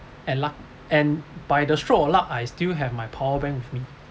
and luck and by the stroke of luck I still have my power bank with me